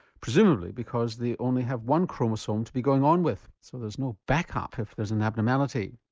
presumably because they only have one chromosome to be going on with, so there's no back-up if there's an abnormality.